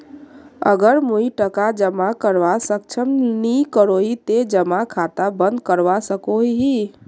अगर मुई टका जमा करवात सक्षम नी करोही ते जमा खाता बंद करवा सकोहो ही?